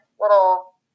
little